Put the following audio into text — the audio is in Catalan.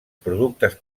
productes